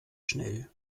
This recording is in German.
schnell